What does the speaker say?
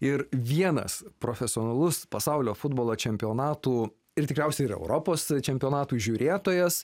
ir vienas profesionalus pasaulio futbolo čempionatų ir tikriausiai ir europos čempionatų žiūrėtojas